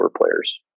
players